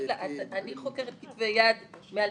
אני חוקרת כתבי יד מאלג'יריה,